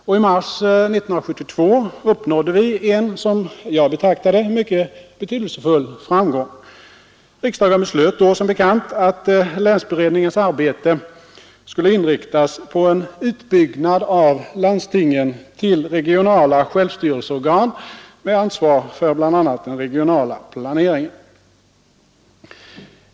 Och i mars 1972 uppnådde vi en som jag betraktar det mycket betydelsefull framgång. Riksdagen beslöt då som bekant att länsberedningens arbete skulle inriktas på en utbyggnad av landstingen till regionala självstyrelseorgan med ansvar för bl.a. den regionala planeringen.